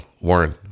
Warren